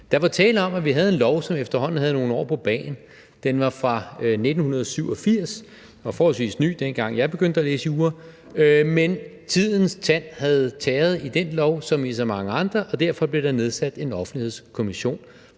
Der var tale om, at vi havde en lov, som efterhånden havde nogle år på bagen. Den var fra 1987 og forholdsvis ny, dengang jeg begyndte at læse jura, men tidens tand havde tæret i den lov, som i så mange andre, og derfor blev der nedsat en Offentlighedskommission,